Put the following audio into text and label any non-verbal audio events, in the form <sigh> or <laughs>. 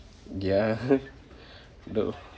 ya <laughs> though